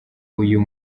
uyu